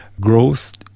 growth